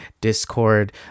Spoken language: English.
Discord